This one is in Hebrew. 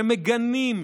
שמגנים,